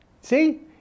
See